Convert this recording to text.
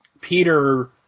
Peter